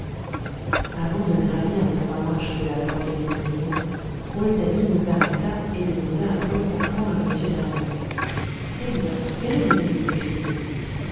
avant de gravir les trois marches de la porte du pavillon rouletabille nous arrêta et demanda à brûle-pourpoint à m darzac eh bien et le mobile du crime